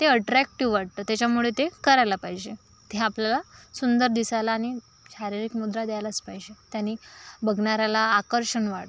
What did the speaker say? ते अट्रॅक्टीव्ह वाटतं त्याच्यामुळे ते करायला पाहिजे ते आपल्याला सुंदर दिसायला आणि शारीरिक मुद्रा द्यायलाच पाहिजे त्यानी बघणार्याला आकर्षण वाटतं